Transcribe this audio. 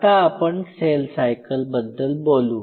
आता आपण cell cycle बद्दल बोलू